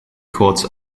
courts